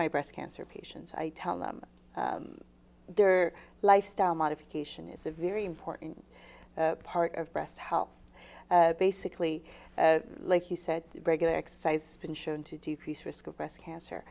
my breast cancer patients i tell them their lifestyle modification is a very important part of breast health basically like you said regular exercise been shown to decrease risk of breast cancer